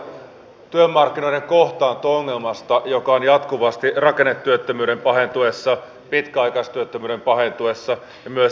meillä oli käsissämme hallitukselta jossa muun muassa sosialidemokraatit istuivat satojentuhansien ihmisten työttömien maa